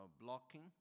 blocking